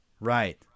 right